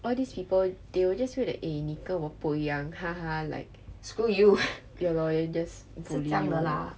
all these people they will just feel that eh 你跟我不一样哈哈 like screw you or they'll just bully you lor